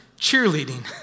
cheerleading